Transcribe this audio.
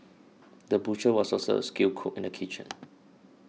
the butcher was also a skilled cook in the kitchen